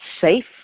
safe